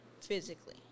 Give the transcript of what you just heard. physically